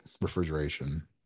refrigeration